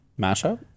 Mashup